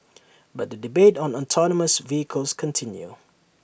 but the debate on autonomous vehicles continue